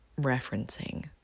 referencing